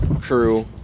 crew